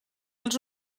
els